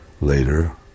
later